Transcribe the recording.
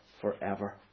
forever